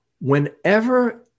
whenever